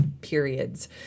periods